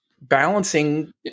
balancing